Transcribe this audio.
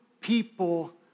people